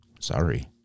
sorry